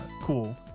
Cool